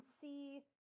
see